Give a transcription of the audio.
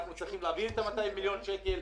אנחנו צריכים להביא את 200 מיליון השקלים,